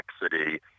complexity